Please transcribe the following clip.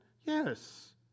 Yes